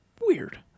Weird